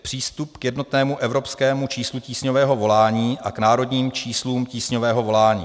Přístup k jednotnému evropskému číslu tísňového volání a k národním číslům tísňového volání.